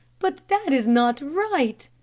but that is not right,